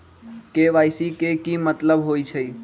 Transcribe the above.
KYC के कि मतलब होइछइ?